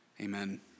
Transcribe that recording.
amen